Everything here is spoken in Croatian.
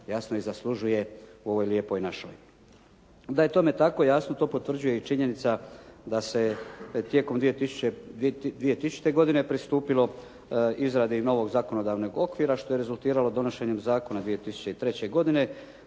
jasno i zaslužuje u ovoj Lijepoj našoj. Da je tome tako jasno to potvrđuje i činjenica da se tijekom 2000. godine pristupilo izradi novog zakonodavnog okvira što je rezultiralo donošenjem zakona 2003. godine